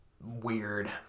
weird